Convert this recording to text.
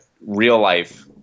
real-life